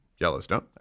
Yellowstone